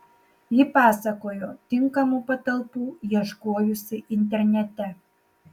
ji pasakojo tinkamų patalpų ieškojusi internete